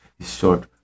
short